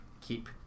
keep